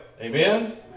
Amen